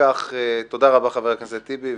תודה רבה, חבר הכנסת טיבי.